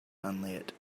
unlit